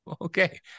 Okay